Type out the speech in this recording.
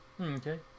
Okay